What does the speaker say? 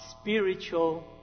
spiritual